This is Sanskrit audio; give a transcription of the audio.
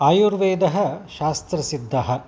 आयुर्वेदः शास्त्रसिद्धः